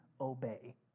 obey